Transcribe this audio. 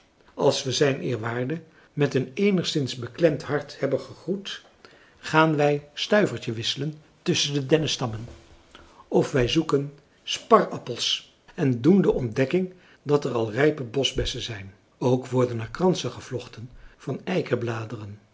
als we zijneerwaarde met een eenigszins beklemd hart hebben gegroet gaan wij stuivertje wisselen tusschen de dennenstammen of wij zoeken sparappels en doen de ontdekking dat er al rijpe boschbessen zijn ook worden er kransen gevlochten van